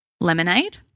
lemonade